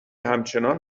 همچنان